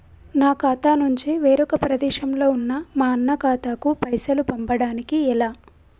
నా ఖాతా నుంచి వేరొక ప్రదేశంలో ఉన్న మా అన్న ఖాతాకు పైసలు పంపడానికి ఎలా?